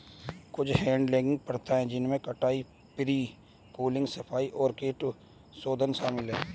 कुछ हैडलिंग प्रथाएं जिनमें कटाई, प्री कूलिंग, सफाई और कीटाणुशोधन शामिल है